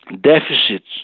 deficits